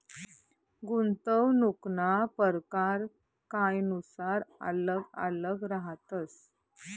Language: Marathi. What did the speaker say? गुंतवणूकना परकार कायनुसार आल्लग आल्लग रहातस